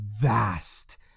VAST